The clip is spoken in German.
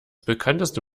bekannteste